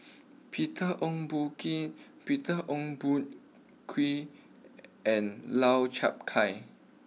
Peter Ong Boon King Peter Ong Boon Kwee and Lau Chiap Khai